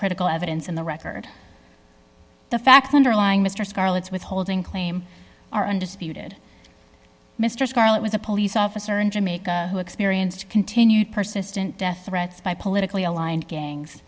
critical evidence in the record the fact underlying mr scarlett's withholding claim are undisputed mr scarlett was a police officer in jamaica who experienced continued persistent death threats by politically aligned gangs